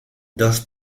dos